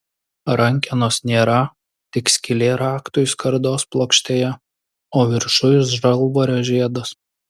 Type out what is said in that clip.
rankenos nėra tik skylė raktui skardos plokštėje o viršuj žalvario žiedas